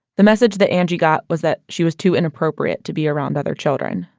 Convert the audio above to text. the message that angie got was that she was too inappropriate to be around other children.